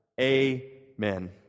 Amen